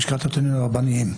אני מלשכת הטוענים הרבניים.